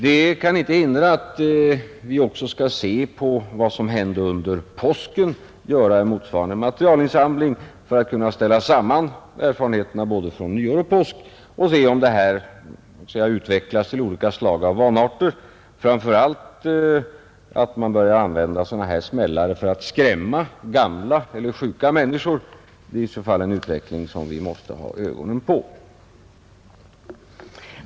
Det kan inte hindra att vi skall göra en motsvarande materialinsamling beträffande vad som hände under påsken för att kunna ställa samman erfarenheterna från både nyår och påsk och se om det utvecklats olika slag av vanarter — framför allt om man börjat använda sådana här smällare för att skrämma gamla eller sjuka människor; en sådan utveckling måste vi hålla ögonen på.